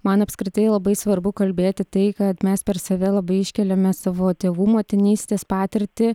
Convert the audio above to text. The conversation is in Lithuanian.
man apskritai labai svarbu kalbėti tai kad mes per save labai iškeliame savo tėvų motinystės patirtį